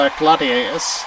gladiators